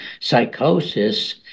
psychosis